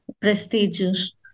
prestigious